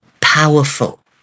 powerful